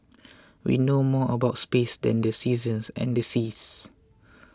we know more about space than the seasons and the seas